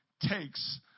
takes